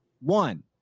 One